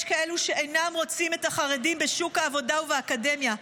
יש כאלה שאינם רוצים את החרדים בשוק העבודה ובאקדמיה.